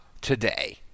today